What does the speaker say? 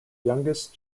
youngest